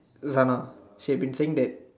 Zana she have been saying that